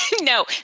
No